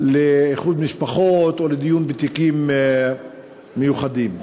לאיחוד משפחות או לדיון בתיקים מיוחדים.